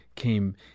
Came